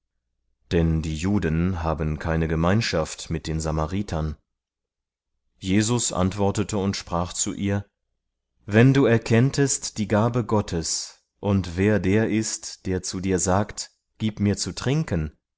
denn die juden haben keine gemeinschaft mit den samaritern jesus antwortete und sprach zu ihr wenn du erkenntest die gabe gottes und wer der ist der zu dir sagt gib mir zu trinken